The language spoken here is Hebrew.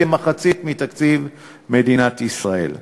כמחצית מתקציב מדינת ישראל.